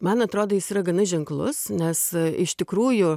man atrodo jis yra gana ženklus nes iš tikrųjų